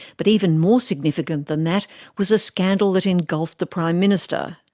but even more significant than that was a scandal that engulfed the prime minister.